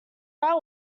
route